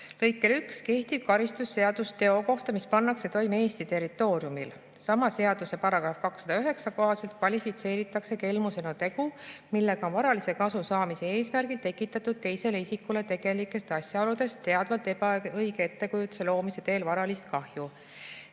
lõikele 1 kehtib karistusseadus teo kohta, mis pannakse toime Eesti territooriumil. Sama seaduse § 209 kohaselt kvalifitseeritakse kelmusena tegu, millega on varalise kasu saamise eesmärgil tekitatud teisele isikule tegelikest asjaoludest teadvalt ebaõige ettekujutuse loomise teel varalist kahju.